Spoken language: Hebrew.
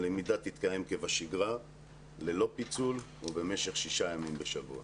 הלמידה תתקיים כבשגרה ללא פיצול ובמשך שישה ימים בשבוע.